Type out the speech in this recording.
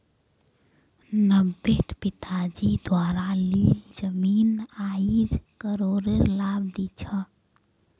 नब्बेट पिताजी द्वारा लील जमीन आईज करोडेर लाभ दी छ